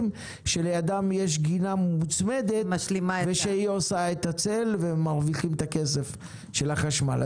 שלידם יש גינה מוצמדת שעושה את הצל ומרוויחים את הכסף של החשמל.